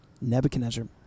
Nebuchadnezzar